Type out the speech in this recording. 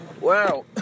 Wow